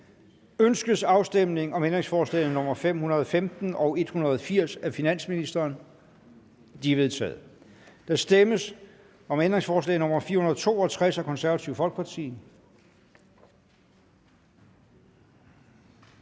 Ønskes afstemning om ændringsforslag nr. 516, 182 og 183 af finansministeren? De er vedtaget. Der stemmes om ændringsforslag nr. 184 af finansministeren.